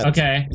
Okay